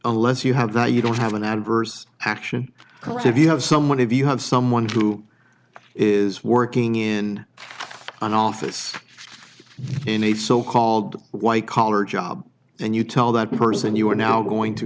unless you have that you don't have an adverse action course if you have someone if you have someone who is working in an office in a so called white collar job and you tell that person you are now going to